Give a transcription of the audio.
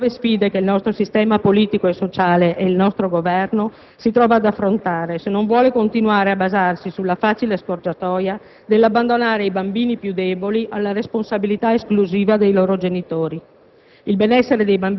Questa è una delle nuove sfide che il nostro sistema politico e sociale e il nostro Governo si trova a dover affrontare, se non vuole continuare a basarsi sulla facile scorciatoia di abbandonare i bambini più deboli alla responsabilità esclusiva dei loro genitori.